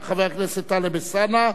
חבר הכנסת טלב אלסאנע,